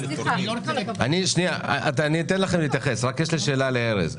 אני אביא לך תחקירים.